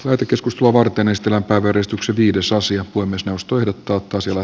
vetykeskus lovarganestilatarkastukset viides asia kuin myös jos tuijottaa toisille